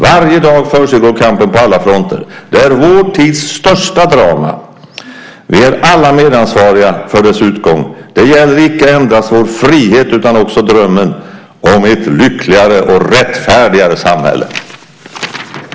Varje dag försiggår kampen på alla fronter. Det är vår tids största drama. Vi är alla medansvariga för dess utgång. Det gäller icke endast vår frihet utan också drömmen om ett lyckligare och rättfärdigare samhälle."